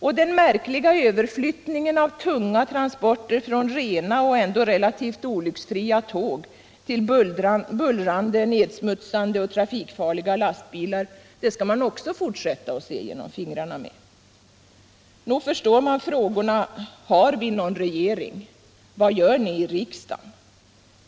Och den märkliga överflyttningen av tunga transporter från rena och ändå relativt olycksfria tåg till bullrande, nedsmutsande och trafikfarliga lastbilar skall man också fortsätta att se genom fingrarna med. Nog förstår jag frågorna: Har vi någon regering? Vad gör ni i riksdagen?